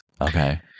Okay